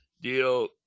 deal